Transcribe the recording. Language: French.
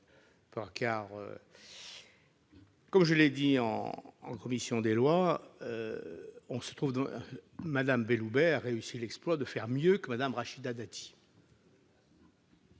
Comme je l'ai dit en commission des lois, Mme Belloubet a réussi l'exploit de faire mieux que Mme Rachida Dati